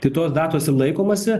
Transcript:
tai tos datos ir laikomasi